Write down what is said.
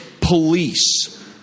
police